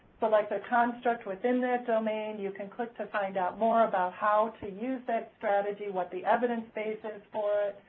select a construct within that domain. you can click to find out more about how to use that strategy, what the evidence base is for it,